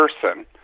person